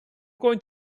going